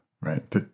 right